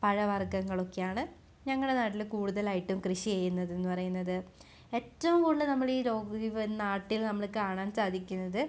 പഴവർഗ്ഗങ്ങളൊക്കെയാണ് ഞങ്ങളുടെ നാട്ടിൽ കൂടുതലായിട്ടും കൃഷി ചെയ്യുന്നതെന്ന് പറയുന്നത് ഏറ്റോം കൂടുതൽ നമ്മളീ രോ ഈ നാട്ടിൽ നമ്മൾ കാണാൻ സാധിക്കുന്നത്